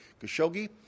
Khashoggi